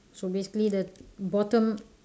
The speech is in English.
so basically that bottom